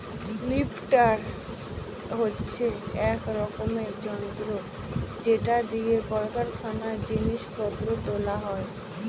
lifter হচ্ছে এক রকমের যন্ত্র যেটা দিয়ে কারখানায় জিনিস পত্র তোলা হয়